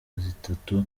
zitatu